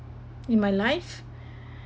in my life